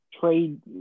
trade